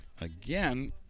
Again